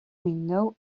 window